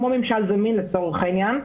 כמו ממשל זמין לצורך העניין,